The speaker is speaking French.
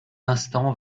instant